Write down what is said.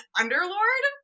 underlord